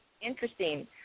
interesting